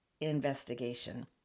investigation